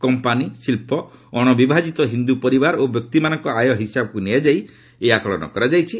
company ଶିଳ୍ପ ଅଣବିଭାଜିତ ହିନ୍ଦୁ ପରିବାର ଓ ବ୍ୟକ୍ତିମାନଙ୍କ ଆୟ ହିସାବକୁ ନିଆଯାଇ ଏହି ଆକଳନ କରାଯାଇଛି